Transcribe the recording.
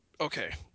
okay